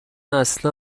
اصلا